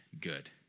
good